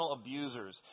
abusers